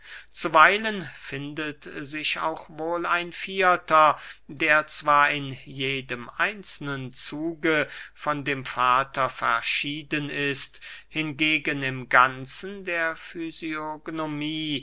zuweilen findet sich auch ein vierter der zwar in jedem einzelnen zuge von dem vater verschieden ist hingegen im ganzen der